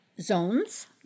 zones